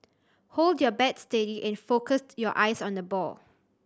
hold your bat steady and focus your eyes on the ball